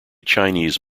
chinese